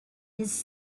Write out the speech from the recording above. his